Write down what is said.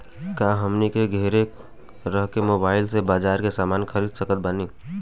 का हमनी के घेरे रह के मोब्बाइल से बाजार के समान खरीद सकत बनी?